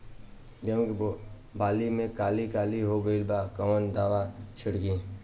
गेहूं के बाली में काली काली हो गइल बा कवन दावा छिड़कि?